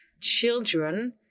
children